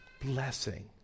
blessing